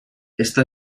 está